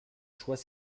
choix